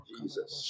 Jesus